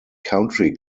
country